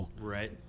Right